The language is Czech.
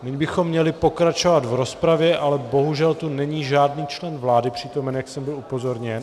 Nyní bychom měli pokračovat v rozpravě, ale bohužel tu není žádný člen vlády přítomen, jak jsem byl upozorněn.